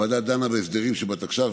הוועדה דנה בהסדרים שבתקש"ח,